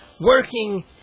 working